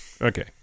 Okay